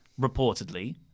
reportedly